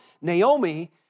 Naomi